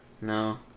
No